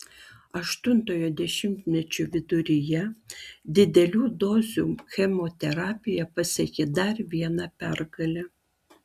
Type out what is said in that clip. aštuntojo dešimtmečio viduryje didelių dozių chemoterapija pasiekė dar vieną pergalę